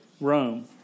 Rome